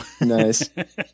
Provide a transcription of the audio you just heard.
Nice